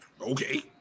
Okay